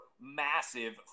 massive